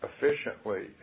efficiently